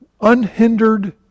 unhindered